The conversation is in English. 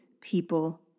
people